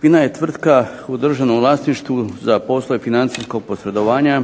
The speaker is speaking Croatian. FINA je tvrtka u državnom vlasništvu za poslove financijskog posredovanja